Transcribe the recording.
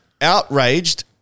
Outraged